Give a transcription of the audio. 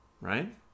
right